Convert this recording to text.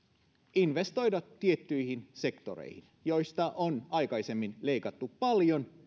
investoida tiettyihin sektoreihin joista on aikaisemmin leikattu paljon